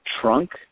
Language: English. trunk